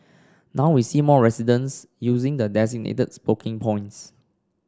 now we see more residents using the designated smoking points